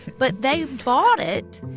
but they bought it.